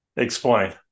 Explain